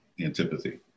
antipathy